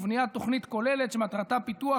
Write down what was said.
ובניית תוכנית כוללת שמטרתה פיתוח